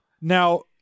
now